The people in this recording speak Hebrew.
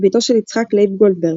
בתו של יצחק ליב גולדברג.